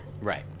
Right